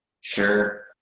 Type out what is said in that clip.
sure